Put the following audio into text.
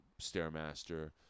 Stairmaster